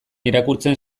irakurtzen